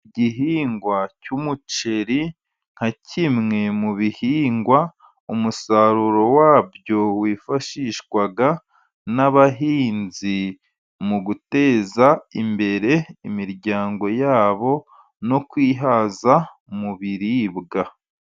Igihingwa cy'umuceri, nka kimwe mu bihingwa umusaruro wabyo wifashishwa n'abahinzi, mu guteza imbere imiryango yabo no kwihaza mu biribwa.